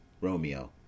Romeo